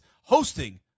hosting